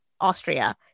Austria